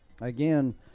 Again